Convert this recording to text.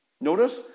Notice